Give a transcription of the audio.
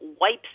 wipes